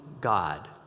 God